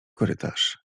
korytarz